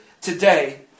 today